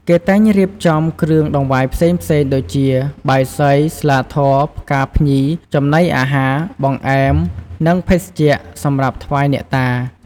គេតែងរៀបចំគ្រឿងដង្វាយផ្សេងៗដូចជា បាយសី ស្លាធម៌ ផ្កាភ្ញី ចំណីអាហារ បង្អែម និងភេសជ្ជៈ សម្រាប់ថ្វាយអ្នកតា។